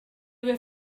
were